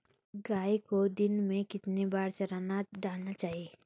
गाय को दिन में कितनी बार चारा डालना चाहिए?